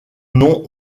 nom